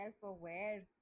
self-aware